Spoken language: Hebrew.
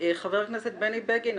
חבר הכנסת בני בגין.